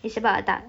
it's about a thou~